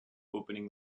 opening